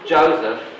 Joseph